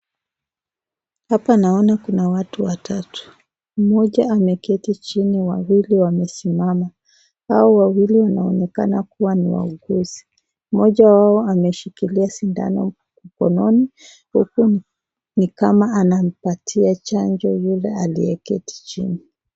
Hapa naona kuna watu watatu. Mmoja ameketi chini, wawili wamesimama. Hao wawili wanaonekana kuwa ni wauguzi. Moja wao ameshikilia sindano mkononi huku ni kama anampatia chanjo yule aliyeketi chini.